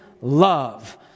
love